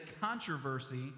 controversy